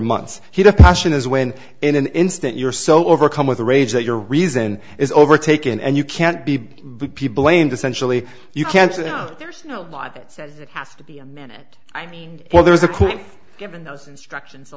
months he'd have passion is when in an instant you're so overcome with rage that your reason is overtaken and you can't be blamed essentially you can't you know there's no law that says it has to be a minute i mean well there is a quick given those instructions a